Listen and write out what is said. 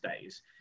days